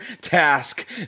task